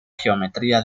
geometría